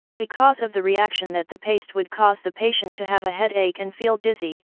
because of the reaction that the paste would cause the patient to have a headache and feel dizzy,